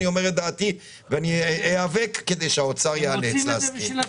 אני אומר את דעתי ואני איאבק כדי שהאוצר ייאלץ להסכים.